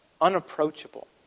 unapproachable